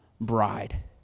bride